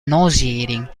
nauseating